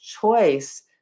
choice